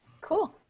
Cool